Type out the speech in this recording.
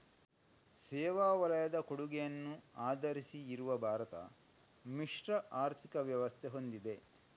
ಸೇವಾ ವಲಯದ ಕೊಡುಗೆಯನ್ನ ಆಧರಿಸಿ ಇರುವ ಭಾರತ ಮಿಶ್ರ ಆರ್ಥಿಕ ವ್ಯವಸ್ಥೆ ಹೊಂದಿದೆ